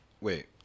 Wait